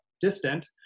distant